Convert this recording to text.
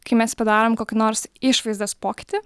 kai mes padarom kokį nors išvaizdos pokytį